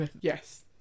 Yes